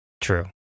True